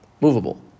movable